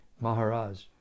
Maharaj